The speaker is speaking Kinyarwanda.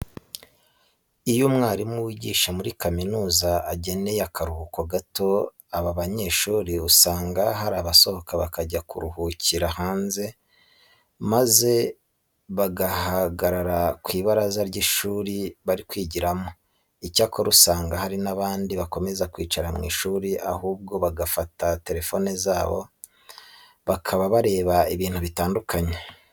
Iyo umwarimu wigisha muri kaminuza ageneye akaruhuko gato aba banyeshuri usanga hari abasohoka bakajya kuruhukira hanze maze bagahagarara ku ibaraza ry'ishuri bari kwigiramo. Icyakora usanga hari n'abandi bakomeza kwicara mu ishuri ahubwo bagafata telefone zabo bakaba bareba ibintu bitandukanye.